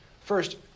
First